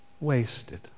wasted